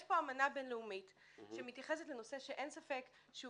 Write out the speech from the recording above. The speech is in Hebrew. יש פה אמנה בינלאומית שמתייחסת לנושא שאין ספק שהוא